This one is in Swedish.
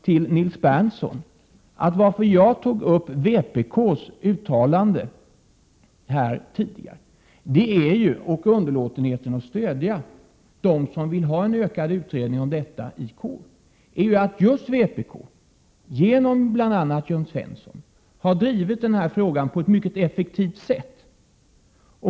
Anledningen till att jag här tidigare tog upp vpk:s särskilda yttrande och underlåtenhet att stödja dem som vill ha till stånd en ytterligare Regeringens åtgärder utredning i KU, Nils Berndtson, är att just vpk, genom bl.a. Jörn Svensson, medanledning av har drivit denna fråga på ett mycket effektivt sätt.